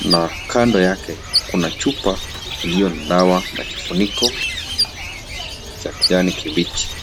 na kando yake kuna chupa iliyo na dawa na kifuniko cha kijani kibichi.